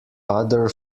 other